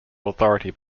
authority